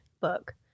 book